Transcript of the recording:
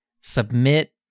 submit